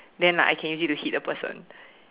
then like I can use it to hit the person